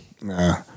Nah